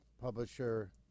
publisher